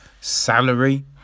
salary